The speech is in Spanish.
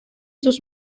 sus